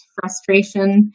frustration